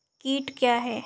कीट क्या है?